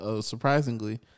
surprisingly